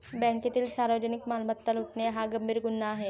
बँकेतील सार्वजनिक मालमत्ता लुटणे हा गंभीर गुन्हा आहे